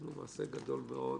מעשה גדול מאוד.